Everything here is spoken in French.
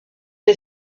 les